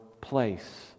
place